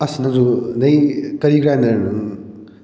ꯑꯁꯤꯅꯁꯨ ꯅꯣꯏ ꯀꯔꯤ ꯒ꯭ꯔꯥꯏꯟꯗꯔꯅꯣ